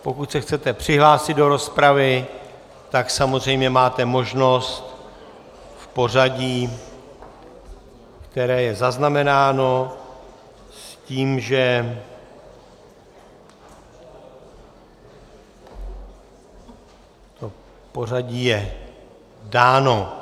Pokud se chcete přihlásit do rozpravy, samozřejmě máte možnost v pořadí, které je zaznamenáno, s tím, že pořadí je dáno.